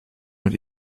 mit